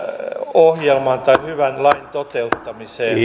ohjelmaan tai hyvän lain toteuttamiseen